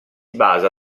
basa